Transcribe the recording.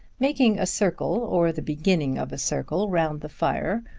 making a circle, or the beginning of a circle, round the fire,